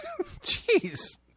Jeez